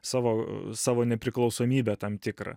savo savo nepriklausomybę tam tikrą